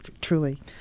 Truly